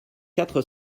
quatre